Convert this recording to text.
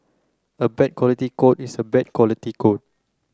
a bad quality code is a bad quality code